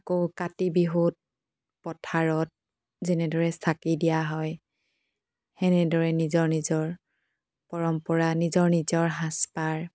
আকৌ কাতি বিহুত পথাৰত যেনেদৰে চাকি দিয়া হয় সেনেদৰে নিজৰ নিজৰ পৰম্পৰা নিজৰ নিজৰ সাজ পাৰ